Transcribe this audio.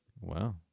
Wow